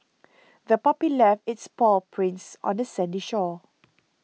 the puppy left its paw prints on the sandy shore